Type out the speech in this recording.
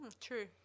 True